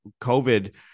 COVID